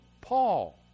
Paul